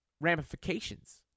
ramifications